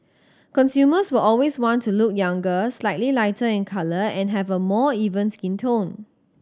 consumers will always want to look younger slightly lighter in colour and have a more even skin tone